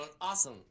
awesome